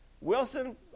Wilson